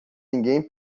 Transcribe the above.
ninguém